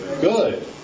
good